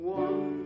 one